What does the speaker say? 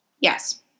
Yes